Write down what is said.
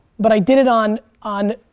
but i did it on on